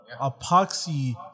Epoxy